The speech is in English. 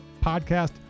podcast